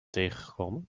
tegengekomen